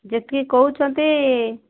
ଯେତିକି କହୁଛନ୍ତି